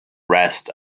rest